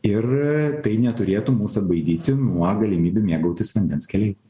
ir tai neturėtų mūsų atbaidyti nuo galimybių mėgautis vandens keliais